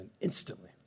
instantly